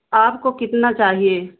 आपको कितना चाहिए